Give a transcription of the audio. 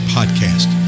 Podcast